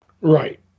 Right